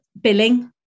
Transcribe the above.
billing